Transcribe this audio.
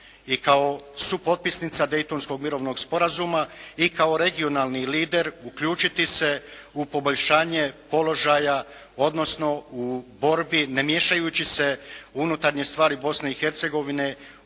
i kao supotpisnica Daytonskog mirovnog sporazuma i kao regionalni lider uključiti se u poboljšanje položaja, odnosno u borbi ne miješajući se u unutarnje stvari Bosne i Hercegovine